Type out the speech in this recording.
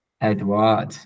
Edward